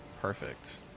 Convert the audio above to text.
Perfect